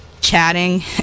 chatting